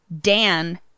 Dan